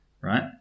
right